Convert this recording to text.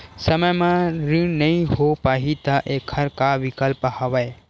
समय म ऋण नइ हो पाहि त एखर का विकल्प हवय?